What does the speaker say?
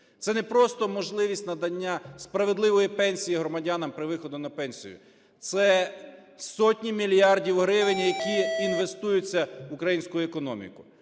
Це не просто можливість надання справедливої пенсії громадянам при виході на пенсію, це сотні мільярдів гривень, які інвестуються в українську економіку.